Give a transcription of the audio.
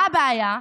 מה הבעיה?